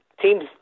Teams